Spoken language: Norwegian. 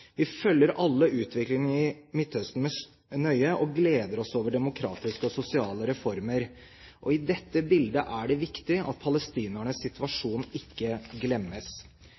Vi følger alle utviklingen i Midtøsten nøye og gleder oss over demokratiske og sosiale reformer. I dette bildet er det viktig at palestinernes situasjon ikke glemmes.